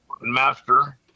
master